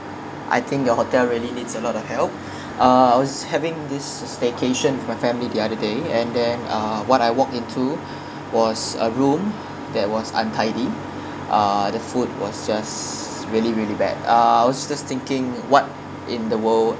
I think your hotel really needs a lot of help uh I was having this staycation with my family the other day and then uh what I walked into was a room that was untidy uh the food was just really really bad ah I was just thinking what in the world